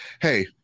hey